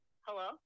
Hello